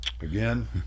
again